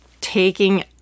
taking